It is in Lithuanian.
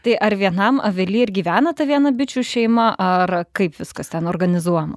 tai ar vienam avily ir gyvena ta viena bičių šeima ar kaip viskas ten organizuojama